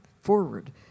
forward